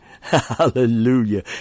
Hallelujah